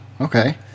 okay